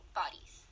bodies